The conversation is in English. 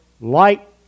light